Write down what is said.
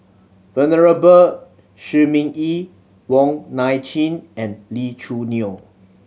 Venerable Shi Ming Yi Wong Nai Chin and Lee Choo Neo